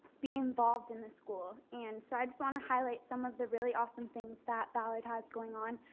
be involved in the school and so i just want to highlight some of the really awesome things that ballard has going on.